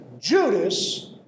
Judas